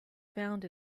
found